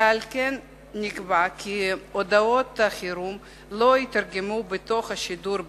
ועל כן נקבע כי הודעות החירום לא יתורגמו בתוך השידור בעברית,